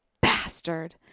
bastard